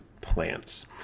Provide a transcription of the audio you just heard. plants